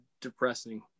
depressing